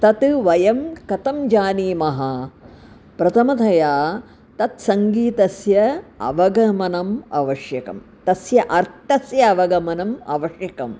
तत् वयं कथं जानीमः प्रथमतया तत्सङ्गीतस्य अवगमनम् आवश्यकं तस्य अर्थस्य अवगमनम् आवश्यकम्